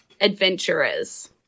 adventurers